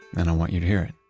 and i want you to hear it